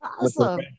Awesome